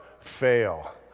fail